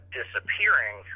disappearing